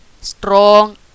strong